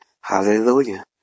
Hallelujah